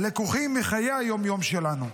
הלקוחים מחיי היום-יום שלנו.